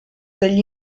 degli